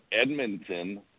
Edmonton